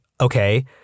Okay